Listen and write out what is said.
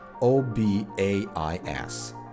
O-B-A-I-S